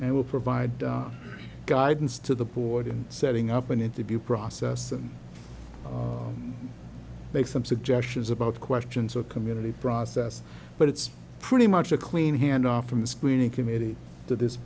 and will provide guidance to the board in setting up an interview process and make some suggestions about questions or community process but it's pretty much a clean handoff from the screening committee to this